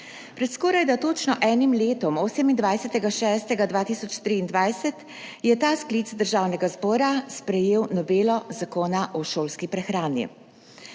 Pred skorajda točno enim letom, 28. 6. 2023, je ta sklic državnega zbora sprejel novelo Zakona o šolski prehrani.